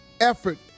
effort